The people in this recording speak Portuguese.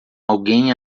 alguém